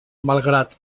malgrat